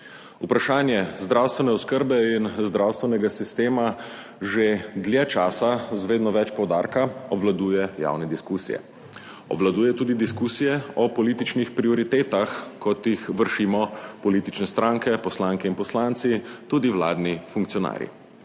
Vprašanje zdravstvene oskrbe in zdravstvenega sistema že dlje časa z vedno več poudarka obvladuje javne diskusije. Obvladuje tudi diskusije o političnih prioritetah, kot jih vršimo politične stranke, poslanke in poslanci, tudi vladni funkcionarji.